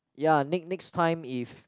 ya ne~ next time if